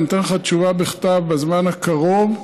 ואני אתן לך תשובה בכתב בזמן הקרוב,